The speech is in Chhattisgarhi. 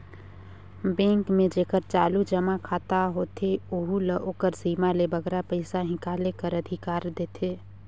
बेंक में जेकर चालू जमा खाता होथे ओहू ल ओकर सीमा ले बगरा पइसा हिंकाले कर अधिकार देथे